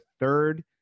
third